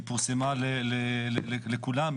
פורסמה לכולם,